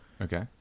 Okay